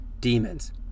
demons